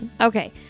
Okay